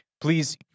Please